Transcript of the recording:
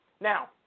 Now